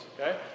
okay